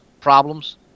Problems